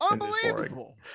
Unbelievable